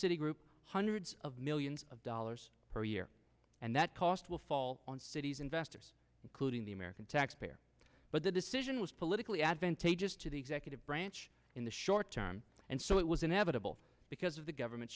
citigroup hundreds of millions of dollars per year and that cost will fall on city's investors including the american taxpayer but the decision was politically advantageous to the executive branch in the short term and so it was inevitable because of the government